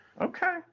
Okay